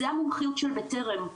זו המומחיות של בטרם.